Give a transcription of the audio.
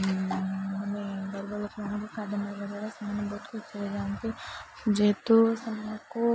ଗରୀବ ଲୋକ ମାନଙ୍କୁ ଖାଦ୍ୟ ଦେବା ଦ୍ୱାରା ସେମାନେ ବହୁତ ଖୁସି ହୋଇଯାଆନ୍ତି ଯେହେତୁ ସେମାନକୁ